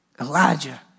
Elijah